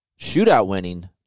shootout-winning